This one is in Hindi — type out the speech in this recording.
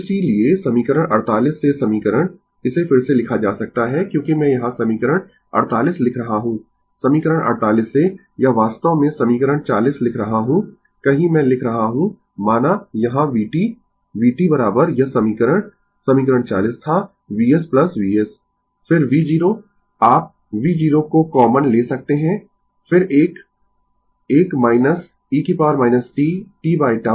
इसीलिए समीकरण 48 से समीकरण इसे फिर से लिखा जा सकता है क्योंकि मैं यहाँ समीकरण 48 लिख रहा हूँ समीकरण 48 से यह वास्तव में समीकरण 40 लिख रहा हूँ कहीं मैं लिख रहा हूँ माना यहाँ vt vt यह समीकरण समीकरण 40 था Vs Vs फिर v0 आप v0 को कॉमन ले सकते है फिर एक 1 - e t t τ